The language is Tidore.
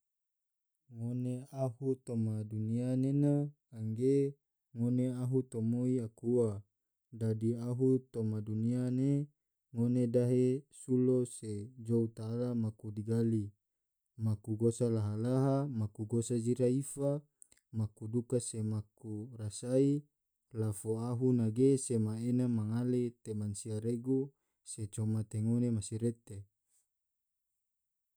Ngone ahu toma dunia nena, angge ngone ahu tamoi aku ua dadi ahu toma dunia ne ngone dahe sulo se jou ta'ala maku digali se maku gosa laha-laha, maku gosa jira ifa, maku duka se maku rasai, la fo ahu na ge sema ena mangale te mansia regu coma te ngone masirete.